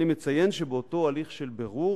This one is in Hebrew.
אני מציין שבאותו הליך של בירור,